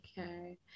okay